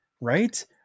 right